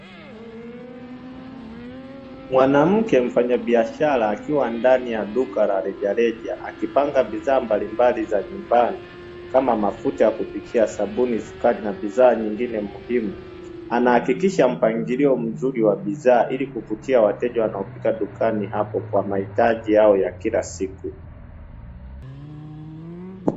Mwanamke mfanyabiashara akiwa ndani ya duka la rejareaja akipanga bidhaa mbalimbali za nyumbani kama mafuta ya kupikia, sabuni, sukari na bidhaa nyingine muhimu. Anahakikisha mpangilio mzuri wa bidhaa ili kuvutia wateja wanaopita dukani hapo kwa mahitaji yao ya kila siku.